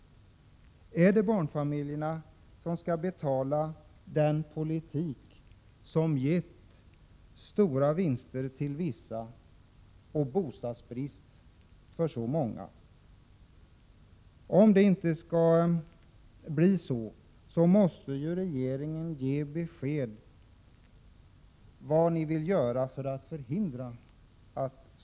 Är det barnfamiljerna som skall betala den politik som har gett stora vinster till vissa och inneburit bostadsbrist för många? Om så inte skall bli fallet, måste ju regeringen ge besked om vad man vill göra för att förhindra detta.